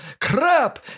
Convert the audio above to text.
crap